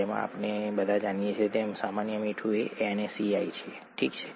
જેમ આપણે બધા જાણીએ છીએ કે સામાન્ય મીઠું એ NaCl છે ઠીક છે